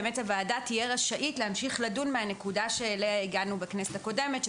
באמת הוועדה תהיה רשאית להמשיך לדון מהנקודה שאליה הגענו בכנסת הקודמת,